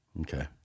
Okay